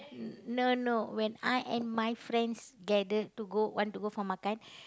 no no when I and my friends gathered to go want to go for makan